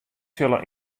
sille